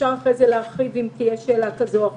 אפשר אחרי כן להרחיב אם תהיה שאלה כזו או אחרת.